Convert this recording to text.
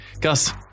Gus